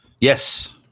Yes